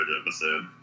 episode